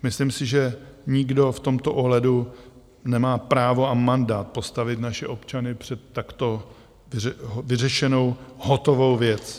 Myslím si, že nikdo v tomto ohledu nemá právo a mandát postavit naše občany před takto vyřešenou, hotovou věc.